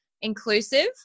inclusive